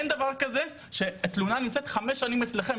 אין דבר כזה שתלונה נמצאת חמש שנים אצלכם,